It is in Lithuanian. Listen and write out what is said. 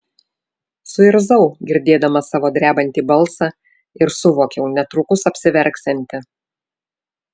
suirzau girdėdama savo drebantį balsą ir suvokiau netrukus apsiverksianti